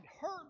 hurt